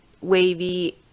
wavy